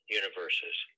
universes